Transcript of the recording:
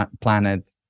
planet